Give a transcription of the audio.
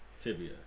tibia